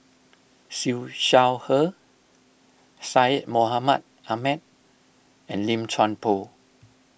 Siew Shaw Her Syed Mohamed Ahmed and Lim Chuan Poh